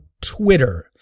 Twitter